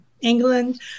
England